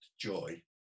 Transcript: joy